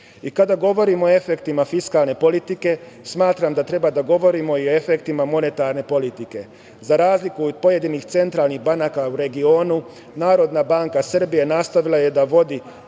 govorimo o efektima fiskalne politike, smatram da treba da govorimo i o efektima monetarne politike. Za razliku od pojedinih centralnih banaka u regionu, Narodna banka Srbije nastavila je da vodi